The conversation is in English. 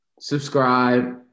Subscribe